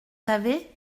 savez